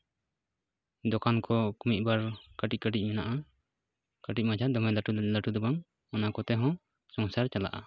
ᱫᱚᱠᱟᱱ ᱠᱚ ᱢᱤᱫ ᱵᱟᱨ ᱠᱟᱹᱴᱤᱡ ᱠᱟᱹᱴᱤᱡ ᱢᱮᱱᱟᱜᱼᱟ ᱠᱟᱹᱴᱤᱡ ᱢᱟᱪᱷᱟ ᱫᱚᱢᱮ ᱞᱟᱹᱴᱩ ᱫᱚ ᱵᱟᱝ ᱚᱱᱟ ᱠᱚᱛᱮ ᱦᱚᱸ ᱥᱚᱝᱥᱟᱨ ᱪᱟᱞᱟᱜᱼᱟ